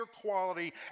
quality